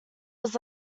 was